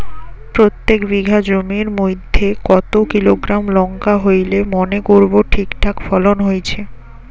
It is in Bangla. প্রত্যেক বিঘা জমির মইধ্যে কতো কিলোগ্রাম লঙ্কা হইলে মনে করব ঠিকঠাক ফলন হইছে?